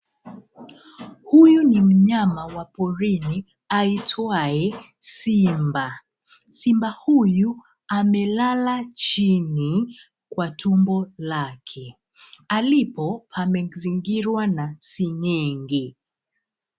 Huyu ni mnyama wa porini aitwaye simba. Simba huyu amelala chini kwa tumbo lake. Alipo amezingirwa na senenge.